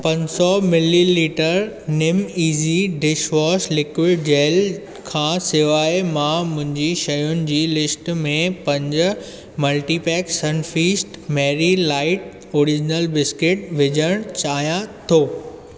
पंज सौ millilitre Nimeasy dishwash liquid gel खां सवाइ मां मुंहिंजी शयुनि जी लिस्ट में पंज multipack Sunfeast Marie light original biscuit विझणु चाहियां थो